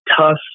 tough